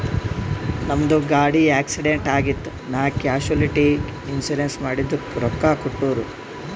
ನಮ್ದು ಗಾಡಿ ಆಕ್ಸಿಡೆಂಟ್ ಆಗಿತ್ ನಾ ಕ್ಯಾಶುಲಿಟಿ ಇನ್ಸೂರೆನ್ಸ್ ಮಾಡಿದುಕ್ ರೊಕ್ಕಾ ಕೊಟ್ಟೂರ್